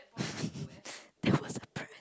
that was a brand